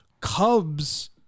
Cubs